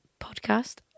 podcast